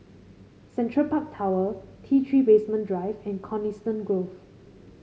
Central Park Tower T Three Basement Drive and Coniston Grove